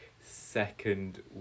second